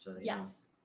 Yes